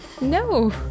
No